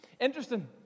interesting